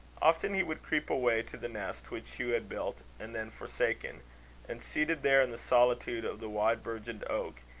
often he would creep away to the nest which hugh had built and then forsaken and seated there in the solitude of the wide-bourgeoned oak,